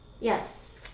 yes